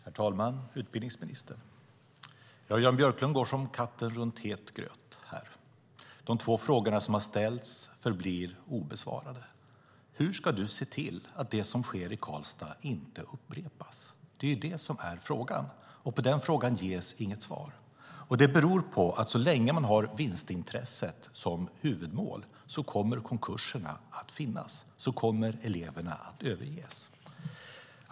Herr talman! Utbildningsministern! Jan Björklund går som katten runt het gröt här. De två frågor som har ställts förblir obesvarade. Hur ska du, utbildningsministern, se till att det som sker i Karlstad inte upprepas? Det är det som är frågan. På den frågan ges inget svar. Det beror på att så länge man har vinstintresset som huvudmål kommer konkurserna att finnas och eleverna att överges.